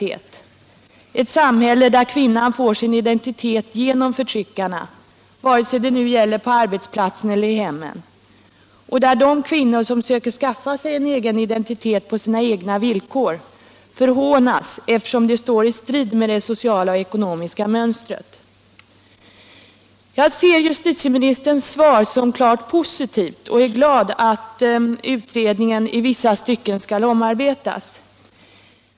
Det är ett samhälle där kvinnan får sin identitet genom förtryckarna, vare sig det nu är på arbetsplatserna eller i hemmen, och där de kvinnor som söker skaffa sig en egen identitet på sina egna villkor förhånas, eftersom det står i strid med det sociala och ekonomiska mönstret. Jag ser justitieministerns svar som klart positivt och är glad att utredningen i vissa stycken skall omarbetas.